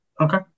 Okay